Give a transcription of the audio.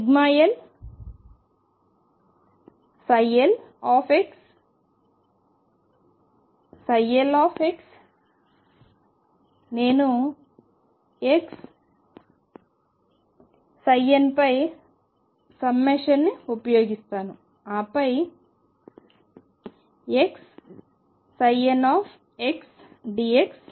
l lxlx నేనుxn పై సమ్మషన్ని ఉపయోగిస్తాను ఆపై xnxdx